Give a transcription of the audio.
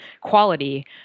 quality